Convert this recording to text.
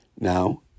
Now